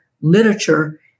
literature